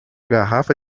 garrafa